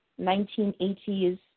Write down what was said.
1980s